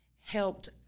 helped